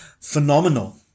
phenomenal